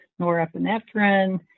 norepinephrine